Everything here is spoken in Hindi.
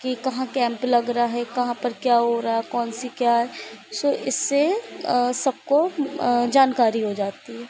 कि कहाँ कैम्प लग रहा है कहाँ पर क्या हो रहा है कौन सी क्या है सो इससे सबको जानकारी हो जाती है